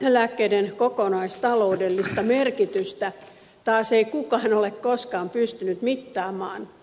lääkkeiden kokonaistaloudellista merkitystä taas ei kukaan ole koskaan pystynyt mittaamaan